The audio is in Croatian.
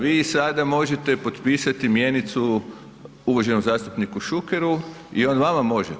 Vi sada možete potpisati mjenicu uvaženom zastupniku Šukeru i on vama može.